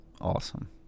Awesome